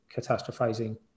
catastrophizing